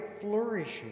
flourishing